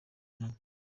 nawe